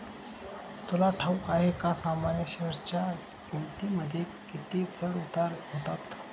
तुला ठाऊक आहे का सामान्य शेअरच्या किमतींमध्ये किती चढ उतार होतात